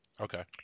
Okay